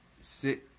sit